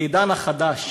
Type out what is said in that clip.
בעידן החדש